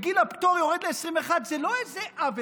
וגיל הפטור יורד ל-21 זה לא איזה עוול.